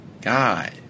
God